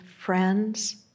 friends